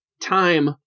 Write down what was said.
time